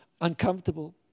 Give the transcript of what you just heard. uncomfortable